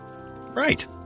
Right